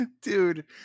Dude